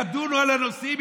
ידונו על הנושאים,